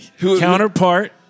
counterpart